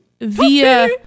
via